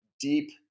deep